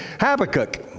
habakkuk